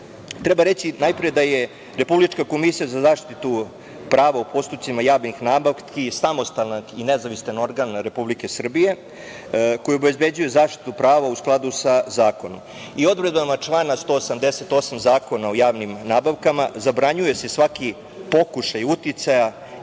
treba reći najpre da je Republička komisija za zaštitu prava u postupcima javnih nabavki samostalan i nezavistan organ Republike Srbije koji obezbeđuje zaštitu prava u skladu sa zakonom i odredbama člana 188. Zakona o javnim nabavkama zabranjuje se svaki pokušaj uticaja